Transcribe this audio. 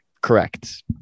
Correct